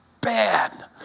bad